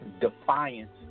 defiance